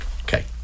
Okay